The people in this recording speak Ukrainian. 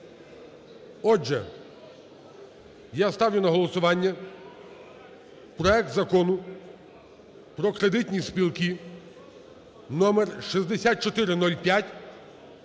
Отже, я ставлю на голосування проект Закону про кредитні спілки (номер 6405)